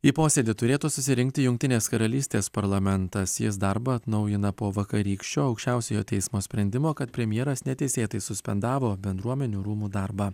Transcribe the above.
į posėdį turėtų susirinkti jungtinės karalystės parlamentas jis darbą atnaujina po vakarykščio aukščiausiojo teismo sprendimo kad premjeras neteisėtai suspendavo bendruomenių rūmų darbą